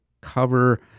cover